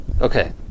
Okay